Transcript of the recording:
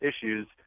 issues